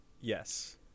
Yes